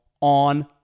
on